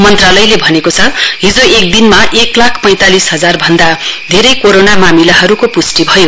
मन्त्रालयले भनेको छ हिजो एकदिनमा एक लाख पैंतालिस हजारभन्दा धेरै कोरोना मामिलाहरूको प्ष्टि भयो